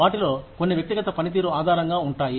వాటిలో కొన్ని వ్యక్తిగత పనితీరు ఆధారంగా ఉంటాయి